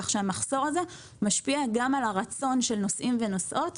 כך שהמחסור הזה משפיע גם על הרצון של נוסעים ונוסעות,